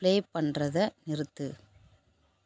play பண்றதை நிறுத்து